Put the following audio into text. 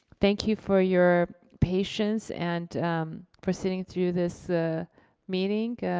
thank you for your patience and for sitting through this meeting.